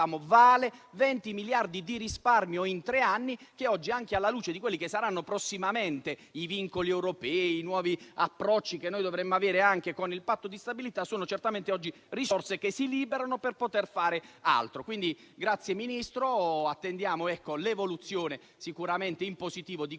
vale 20 miliardi di risparmi in tre anni, che, anche alla luce di quelli che saranno prossimamente i vincoli europei e i nuovi approcci che dovremo avere con il Patto di stabilità, sono certamente risorse che si liberano per poter fare altro. Ministro, attendiamo l'evoluzione sicuramente in positivo di questo